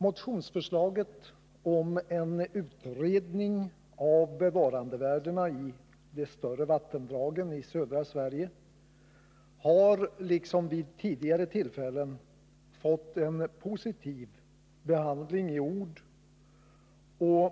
Motionsförslaget om en utredning av bevarandevärdena i de större vattendragen i södra Sverige har liksom vid tidigare tillfällen fått en positiv behandling i ord.